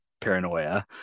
paranoia